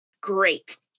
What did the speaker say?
Great